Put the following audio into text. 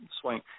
swing